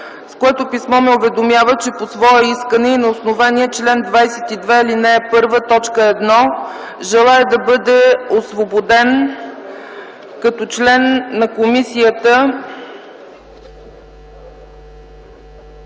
с което писмо ме уведомява, че по свое искане и на основание чл. 22, ал. 1, т. 1 желае да бъде освободен като член на комисията;